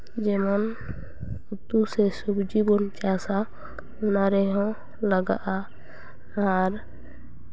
ᱡᱮᱢᱚᱱ ᱩᱛᱩ ᱥᱮ ᱥᱚᱵᱽᱡᱤ ᱵᱚᱱ ᱪᱟᱥᱟ ᱚᱱᱟ ᱨᱮᱦᱚᱸ ᱞᱟᱜᱟᱜᱼᱟ ᱟᱨ